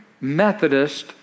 Methodist